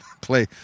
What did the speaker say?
play